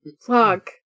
Fuck